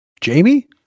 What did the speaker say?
Jamie